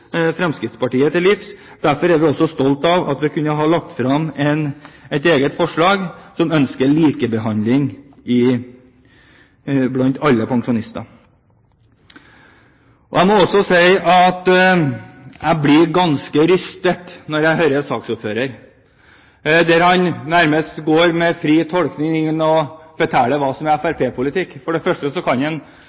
Fremskrittspartiet til livs. Derfor er vi også stolte av at vi har et eget forslag om likebehandling av alle pensjonister. Jeg må også si at jeg blir ganske rystet når jeg hører saksordføreren nærmest med fri tolkning fortelle hva som er fremskrittspartipolitikk. For det første kan han ikke i det hele tatt ha fått med seg hva som er